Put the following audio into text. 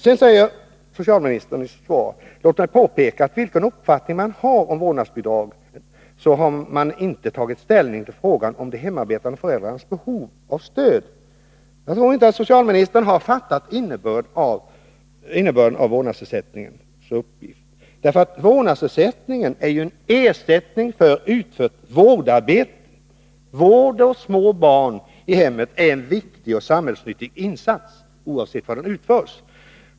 Sedan säger socialministern i sitt svar: ”Låt mig också påpeka att vilken uppfattning man än har om vårdnadsbidrag så har man inte tagit ställning till frågan om de hemarbetande föräldrarnas behov av stöd.” Jag tror inte att socialministern har fattat innebörden av vårdnadsersättningens uppgift. Vårdnadsersättningen är ju en ersättning för utfört vårdarbete. Vård av små barn är en viktig och samhällsnyttig insats, oavsett var den utförs.